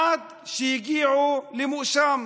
עד שהגיעו לנאשם.